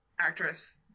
actress